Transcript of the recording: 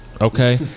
okay